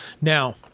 now